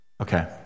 Okay